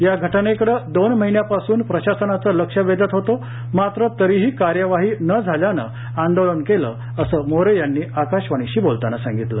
या घटनेकडे दोन महिन्यापासून प्रशासनाचं लक्ष वेधत होतो मात्र तरीही कार्यवाही न झाल्यानं आंदोलन केलं असं मोरेयांनी आकाशवाणीशी बोलताना सांगितलं